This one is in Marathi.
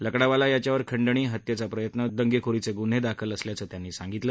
लकडवाला याच्यावर खंडणी हत्येचा प्रयत्न दंगेखोरीचे गृन्हे दाखल असल्याचं त्यांनी सांगितलं